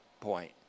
point